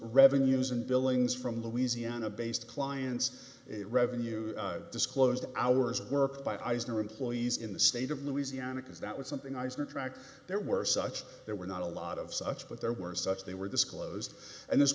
revenues and billings from louisiana based clients revenues disclosed hours of work by eisner employees in the state of louisiana because that was something i tracked there were such there were not a lot of such but there were such they were disclosed and this